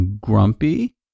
Grumpy